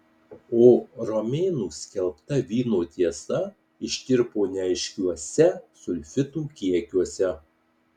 o romėnų skelbta vyno tiesa ištirpo neaiškiuose sulfitų kiekiuose